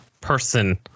person